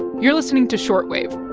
you're listening to short wave.